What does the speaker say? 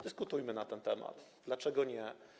Dyskutujmy na ten temat, dlaczego nie.